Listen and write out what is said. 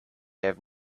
have